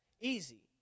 easy